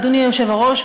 אדוני היושב-ראש,